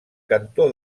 cantó